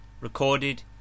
Recorded